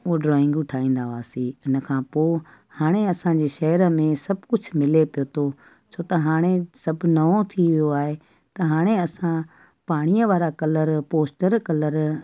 उहे ड्रॉइगूं ठाहींदा हुआसीं इनखां पोइ हाणे असांजे शहर में सभु कुझु मिले पियो थो छो त हाणे सभु नओ थी वियो आहे त हाणे असां पाणीअ वारा कलर पोस्टर कलर